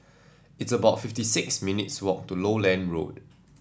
it's about fifty six minutes' walk to Lowland Road